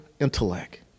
intellect